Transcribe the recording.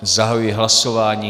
Zahajuji hlasování.